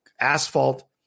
asphalt